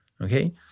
okay